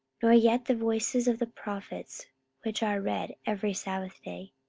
nor yet the voices of the prophets which are read every sabbath day,